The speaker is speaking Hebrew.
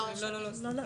לא, לא, סליחה.